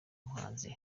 muhanzi